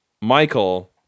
Michael